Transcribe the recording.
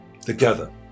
together